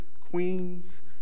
queens